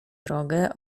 drogę